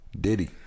Diddy